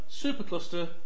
supercluster